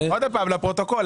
עוד פעם, לפרוטוקול.